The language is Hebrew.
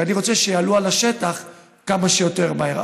כי אני רוצה שיעלו על השטח כמה שיותר מהר.